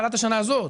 מתחילת השנה הזאת.